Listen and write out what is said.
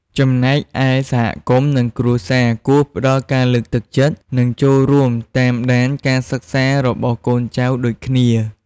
ចំណែកឯ សហគមន៍ និងគ្រួសារគួរផ្ដល់ ការលើកទឹកចិត្ត និង ចូលរួមតាមដានការសិក្សា របស់កូនចៅដូចគ្នា។